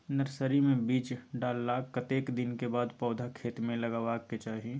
Nursery मे बीज डाललाक कतेक दिन के बाद पौधा खेत मे लगाबैक चाही?